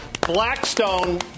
Blackstone